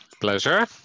Pleasure